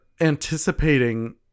anticipating